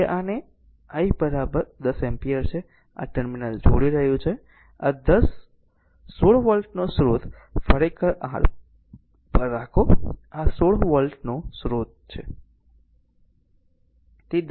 હવે આ r આને I 10 એમ્પીયર છે આ ટર્મિનલ છોડી રહ્યું છે આ 16 વોલ્ટ નો સ્રોત ફક્ત આ r પર રાખો આ 16 વોલ્ટ નો સ્રોત છે